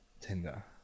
Tinder